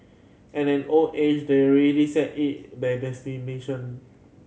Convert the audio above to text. at an old age they're already set in their